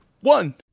one